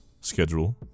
schedule